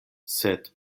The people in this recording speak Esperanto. sed